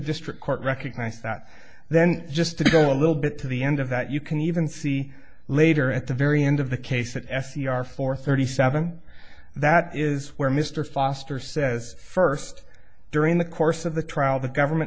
district court recognized that then just to go a little bit to the end of that you can even see later at the very end of the case that s e r four thirty seven that is where mr foster says first during the course of the trial the government